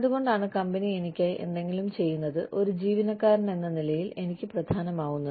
അതുകൊണ്ടാണ് കമ്പനി എനിക്കായി എന്തെങ്കിലും ചെയ്യുന്നത് ഒരു ജീവനക്കാരനെന്ന നിലയിൽ എനിക്ക് പ്രധാനമാവുന്നത്